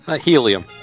helium